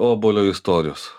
obuolio istorijos